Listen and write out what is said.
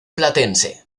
platense